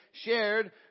shared